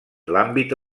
l’àmbit